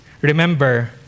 remember